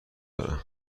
دارم